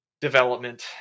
development